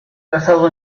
casado